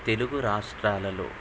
తెలుగు రాష్ట్రాలలో